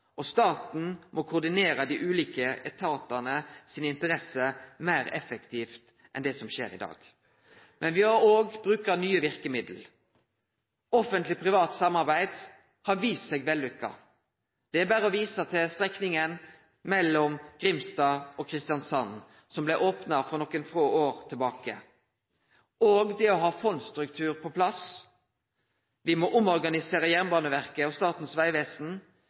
og staten må koordinere dei ulike etatane sine interesser meir effektivt enn det som skjer i dag. Men me må òg bruke nye verkemiddel. Samarbeid mellom offentlege og private har vist seg å vere vellykka. Det er berre å vise til strekninga mellom Grimstad og Kristiansand, som blei opna for nokre få år tilbake. Me må ha ein fondsstruktur på plass. Me må omorganisere Jernbaneverket og Statens vegvesen,